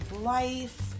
life